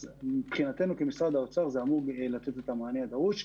אז מבחינתנו כמשרד האוצר זה אמור לתת את המענה הדרוש.